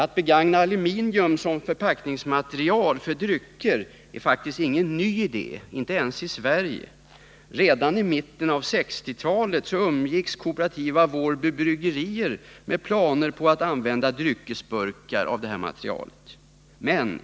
Att begagna aluminium som förpackningsmaterial för drycker är faktiskt ingen ny idé ens i Sverige. Redan i mitten av 1960-talet umgicks kooperativa Wårby Bryggerier med planer på att använda dryckesburkar av det materialet.